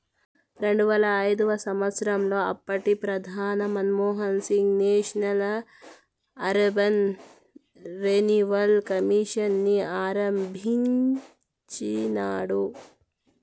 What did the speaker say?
రెండువేల ఐదవ సంవచ్చరంలో అప్పటి ప్రధాని Manmohan Singh National Urban Renewal Mission ని ఆరంభించినాడు